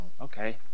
Okay